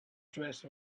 dressed